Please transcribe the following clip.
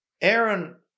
Aaron